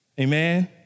Amen